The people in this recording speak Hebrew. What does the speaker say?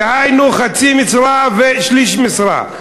דהיינו חצי משרה ושליש משרה.